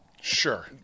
Sure